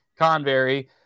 Convery